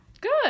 Good